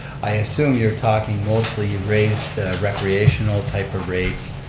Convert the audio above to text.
i assume you're talking mostly raised recreational type of rates.